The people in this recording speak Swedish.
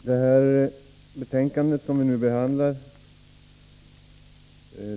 Herr talman!